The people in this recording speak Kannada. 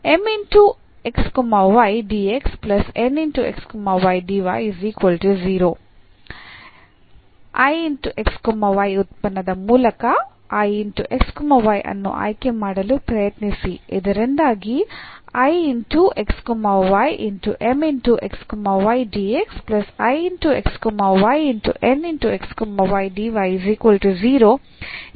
ಉತ್ಪನ್ನದ ಮೂಲಕ ಅನ್ನು ಆಯ್ಕೆ ಮಾಡಲು ಪ್ರಯತ್ನಿಸಿ ಇದರಿಂದಾಗಿ ಎಂಬ ಸಮೀಕರಣವು ನಿಖರವಾಗುತ್ತದೆ